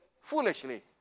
foolishly